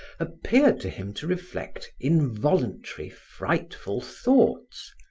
appeared to him to reflect involuntary frightful thoughts,